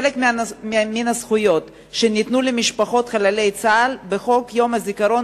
חלק מהזכויות שנתנו למשפחות חללי צה"ל בחוק יום הזיכרון